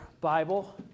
Bible